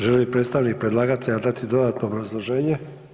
Želi li predstavnik predlagatelja dati dodatno obrazloženje?